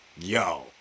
yo